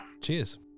Cheers